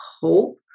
hope